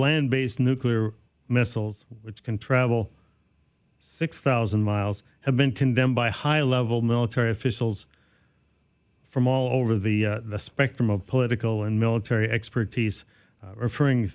land based nuclear missiles which can travel six thousand miles have been condemned by high level military officials from all over the spectrum of political and military expertise referring